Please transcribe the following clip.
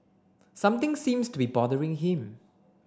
something seems to be bothering him